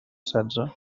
setze